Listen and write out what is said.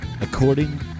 According